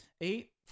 Eight